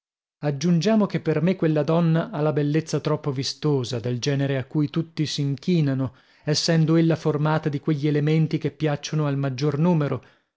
aggiungiamo che per me quella donna ha la bellezza troppo vistosa del genere a cui tutti s'inchinano essendo ella formata di quegli elementi che piacciono al maggior numero